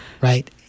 right